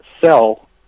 sell